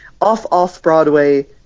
off-off-Broadway